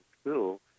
school